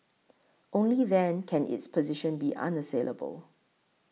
only then can its position be unassailable